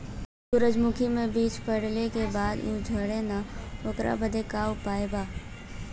सुरजमुखी मे बीज पड़ले के बाद ऊ झंडेन ओकरा बदे का उपाय बा?